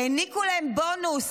העניקו להם בונוס,